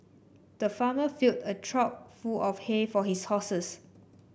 the farmer filled a full of hay for his horses